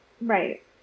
Right